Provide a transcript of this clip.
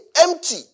empty